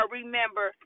remember